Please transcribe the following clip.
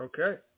okay